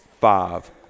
five